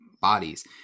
bodies